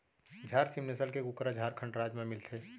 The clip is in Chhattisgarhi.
झारसीम नसल के कुकरा झारखंड राज म मिलथे